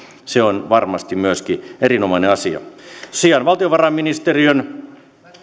se on varmasti myöskin erinomainen asia valtiovarainministeriön